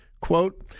quote